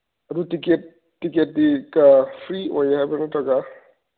ꯑꯗꯨ ꯇꯤꯀꯦꯠ ꯇꯤꯀꯦꯠꯇꯤ ꯐ꯭ꯔꯤ ꯑꯣꯏ ꯍꯥꯏꯕ꯭ꯔꯥ ꯅꯠꯇ꯭ꯔꯒ